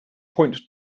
point